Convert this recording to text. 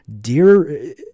dear